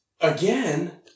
Again